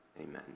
Amen